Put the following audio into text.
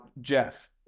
Jeff